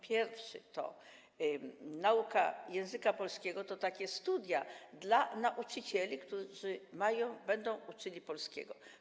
Pierwszy to nauka języka polskiego - to takie studia dla nauczycieli, którzy będą uczyli języka polskiego.